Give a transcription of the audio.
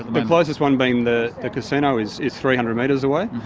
the closest one being the, the casino is is three hundred metres away.